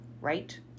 right